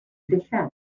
ddillad